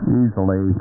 easily